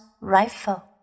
rifle